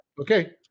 Okay